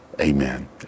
Amen